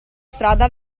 strada